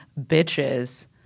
bitches